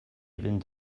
fynd